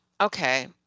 okay